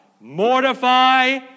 mortify